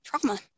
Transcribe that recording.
trauma